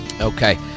Okay